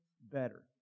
better